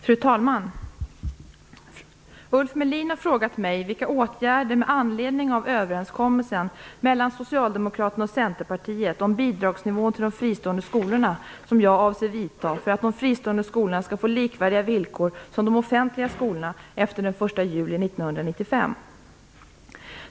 Fru talman! Ulf Melin har frågat mig vilka åtgärder med anledningen av överenskommelsen mellan Socialdemokraterna och Centerpartiet om bidragsnivån till de fristående skolorna som jag avser vidta för att de fristående skolorna skall få likvärdiga villkor som de offentliga skolorna efter den 1 juli 1995.